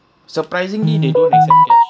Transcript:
surprisingly they don't accept cash